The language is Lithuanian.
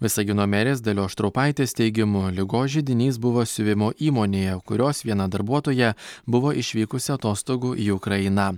visagino merės dalios štraupaitės teigimu ligos židinys buvo siuvimo įmonėje kurios viena darbuotoja buvo išvykusi atostogų į ukrainą